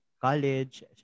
college